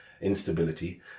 instability